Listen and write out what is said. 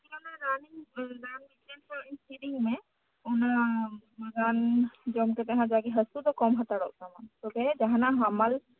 ᱚᱱᱟ ᱨᱟᱱᱮᱧ ᱢᱮᱥᱮᱡᱽ ᱟᱠᱟᱫ ᱢᱮ ᱚᱱᱟ ᱨᱟᱱ ᱠᱤᱨᱤᱧ ᱢᱮ ᱚᱱᱟ ᱨᱟᱱ ᱚᱱᱟ ᱨᱟᱱ ᱡᱚᱢ ᱠᱟᱛᱮᱫ ᱦᱟᱸᱜ ᱡᱟᱜᱮ ᱦᱟᱥᱩ ᱫᱚ ᱠᱚᱢ ᱦᱟᱛᱟᱲᱚᱜ ᱛᱟᱢᱟ ᱛᱚᱵᱮ ᱡᱟᱦᱟᱱᱟᱜ ᱦᱟᱢᱟᱞ